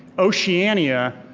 oceania,